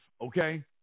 okay